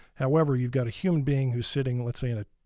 however you've got a human being who's sitting let's say in an